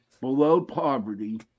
below-poverty